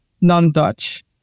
non-Dutch